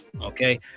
okay